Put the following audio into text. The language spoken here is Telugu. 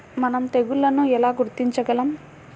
మనం తెగుళ్లను ఎలా గుర్తించగలం?